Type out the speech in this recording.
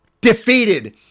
defeated